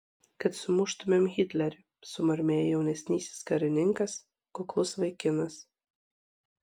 kad sumuštumėm hitlerį sumurmėjo jaunesnysis karininkas kuklus vaikinas